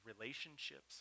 relationships